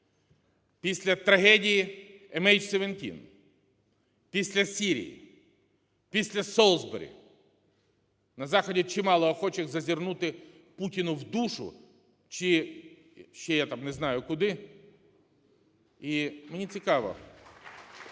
після трагедії MH17, після Сирії, після Солсбері на Заході чимало охочих зазирнути Путіну в душу, чи ще я там не знаю куди (Оплески) І мені цікаво,